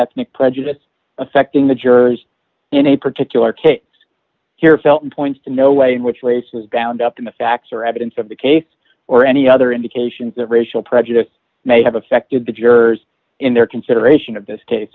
ethnic prejudice affecting the jurors in a particular case here felton points to no way in which race is ground up in the facts or evidence of the case or any other indications that racial prejudice may have affected the jurors in their consideration of this case